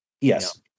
Yes